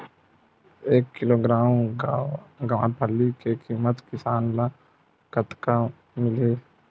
एक किलोग्राम गवारफली के किमत किसान ल कतका मिलही?